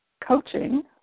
coaching